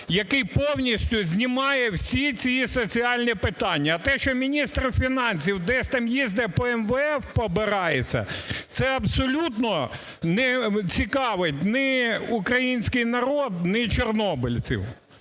який повністю знімає всі ці соціальні питання, а те, що міністр фінансів десь там їздить по МВФ побирається, це абсолютно не цікавить ні український, ні чорнобильців.